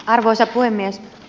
arvoisa puhemies